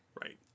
Right